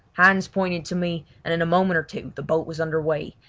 hands pointed to me, and in a moment or two the boat was under weigh,